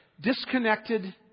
disconnected